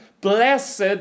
blessed